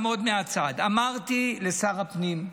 אמרתי לשר הפנים,